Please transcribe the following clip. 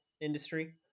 industry